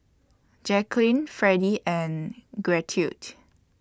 Jacquline Fredy and Gertrude